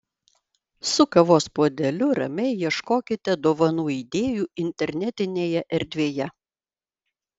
su kavos puodeliu ramiai ieškokite dovanų idėjų internetinėje erdvėje